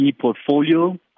portfolio